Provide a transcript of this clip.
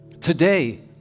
Today